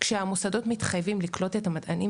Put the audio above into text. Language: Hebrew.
כשהמוסדות מתחייבים לקלוט את המדענים